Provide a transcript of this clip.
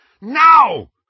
Now